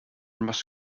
must